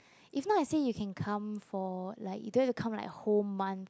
if not I say you can come for like you don't have to come like whole month